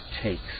takes